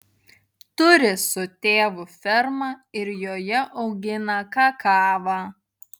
turi su tėvu fermą ir joje augina kakavą